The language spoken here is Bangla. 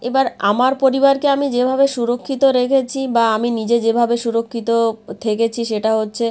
এবার আমার পরিবারকে আমি যেভাবে সুরক্ষিত রেখেছি বা আমি নিজে যেভাবে সুরক্ষিত থেকেছি সেটা হচ্ছে